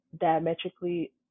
diametrically